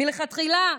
מלכתחילה,